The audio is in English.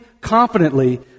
confidently